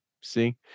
see